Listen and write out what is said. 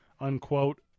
unquote